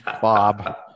Bob